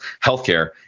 healthcare